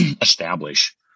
establish